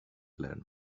learn